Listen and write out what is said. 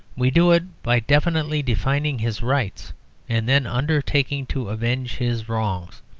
we do it by definitely defining his rights and then undertaking to avenge his wrongs.